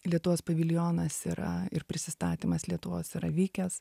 lietuvos paviljonas yra ir prisistatymas lietuvos yra vykęs